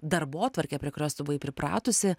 darbotvarkę prie kurios tu buvai pripratusi